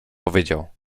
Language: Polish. powiedział